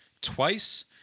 twice